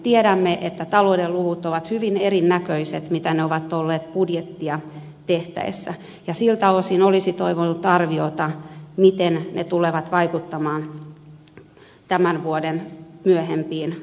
tiedämme että talouden luvut ovat hyvin erinäköiset kuin ne ovat olleet budjettia tehtäessä ja siltä osin olisi toivonut arviota miten ne tulevat vaikuttamaan tämän vuoden myöhempiin tapahtumiin